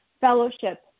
fellowship